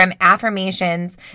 affirmations